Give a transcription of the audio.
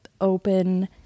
open